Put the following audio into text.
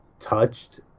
Touched